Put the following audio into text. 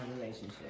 relationship